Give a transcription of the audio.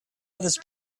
others